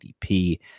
ADP